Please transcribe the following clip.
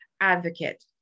advocate